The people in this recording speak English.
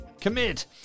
Commit